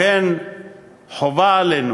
לכן חובה עלינו,